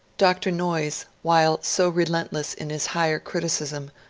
dr. noyes, while so relentless in his higher criticism,